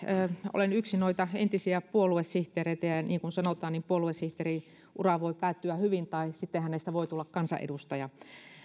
olen yksi noita entisiä puoluesihteereitä ja niin kuin sanotaan niin puoluesihteerin ura voi päättyä hyvin tai sitten hänestä voi tulla kansanedustaja